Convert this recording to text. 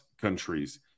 countries